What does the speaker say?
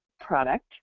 product